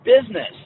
business